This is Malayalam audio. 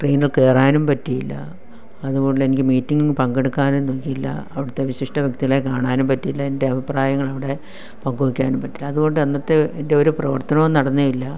ട്രെയിനിൽ കയറാനും പറ്റിയില്ല അതുകൊണ്ട് എനിക്ക് മീറ്റിംഗ് പങ്കെടുക്കാനും പറ്റിയില്ല അവിടുത്തെ വിശിഷ്ട വ്യക്തികളെ കാണാനും പറ്റിയില്ല എൻ്റെ അഭിപ്രായങ്ങൾ അവിടെ പങ്കു വയ്ക്കാനും പറ്റിയില്ല അതുകൊണ്ട് അന്നത്തെ എൻ്റെ ഒരു പ്രവർത്തനവും നടന്നില്ല